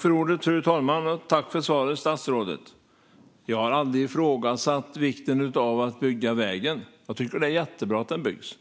Fru talman! Tack för svaret, statsrådet! Jag har aldrig ifrågasatt vikten av att bygga vägen. Det är jättebra att den byggs.